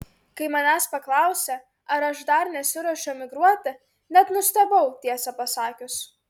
kai manęs paklausė ar aš dar nesiruošiu emigruoti net nustebau tiesą pasakius